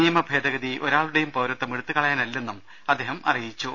നിയമഭേദഗതി ഒരാ ളുടെയും പൌരത്വം എടുത്തുകളയാനല്ലെന്നും അദ്ദേഹം അറിയിച്ചു